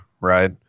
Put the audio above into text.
right